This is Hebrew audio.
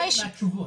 אתה מתמוגג מהתשובות.